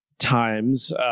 Times